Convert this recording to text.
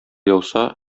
яуса